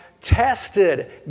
tested